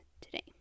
today